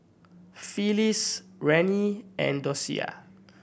Felice Rennie and Docia